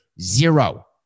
Zero